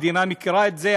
המדינה מכירה את זה,